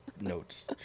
notes